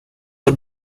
are